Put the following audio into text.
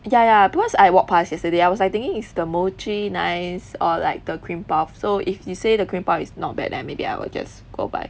ya ya because I walk passed yesterday I was like thinking is the mochi nice or like the cream puff so if you say the cream puff is not bad then maybe I will just go buy